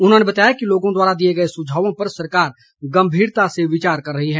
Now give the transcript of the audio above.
उन्होंने बताया कि लोगों द्वारा दिए गए सुझावों पर सरकार गंभीरता से विचार कर रही है